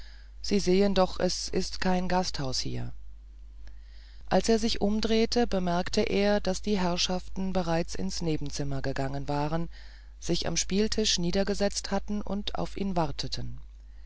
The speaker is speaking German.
sie sehen doch es ist kein gasthaus hier als er sich umdrehte bemerkte er daß die herrschaften bereits ins nebenzimmer gegangen waren sich am spieltisch niedergesetzt hatten und auf ihn warteten